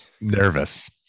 nervous